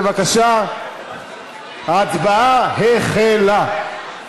בבקשה, ההצבעה החלה.